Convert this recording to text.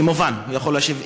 כמובן הוא יכול להשיב.